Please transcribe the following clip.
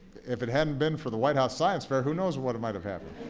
if it hadn't been for the white house science fair, who knows what might have happened